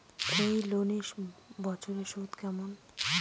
এই লোনের বছরে সুদ কেমন?